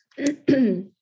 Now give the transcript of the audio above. Okay